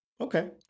Okay